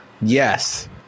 Yes